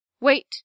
Wait